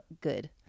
good